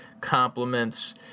compliments